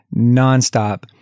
nonstop